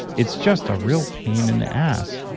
it's just a real pain in the ass.